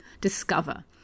discover